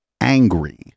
angry